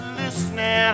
listening